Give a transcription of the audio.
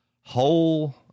whole